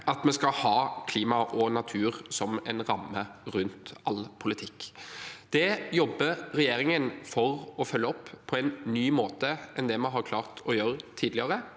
at vi skal ha klima og natur som en ramme rundt all politikk. Det jobber regjeringen for å følge opp på en ny måte i forhold til det vi har klart å gjøre tidligere,